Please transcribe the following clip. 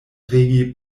regi